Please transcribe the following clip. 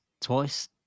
twice